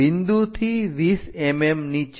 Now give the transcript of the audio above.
બિંદુથી 20 mm નીચે